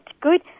good